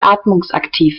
atmungsaktiv